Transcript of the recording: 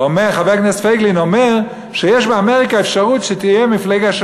חבר הכנסת פייגלין אומר שיש באמריקה אפשרות שתהיה מפלגה,